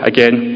Again